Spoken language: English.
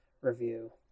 review